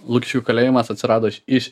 lukišių kalėjimas atsirado iš iš